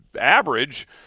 average